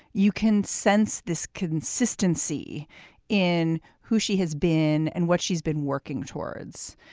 you can sense this consistency in who she has been and what she's been working towards.